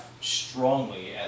strongly